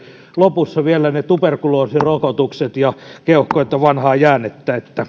lopussa vielä ne tuberkuloosirokotukset ja keuhkot ne ovat vanhaa jäännettä